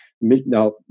Now